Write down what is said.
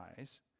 eyes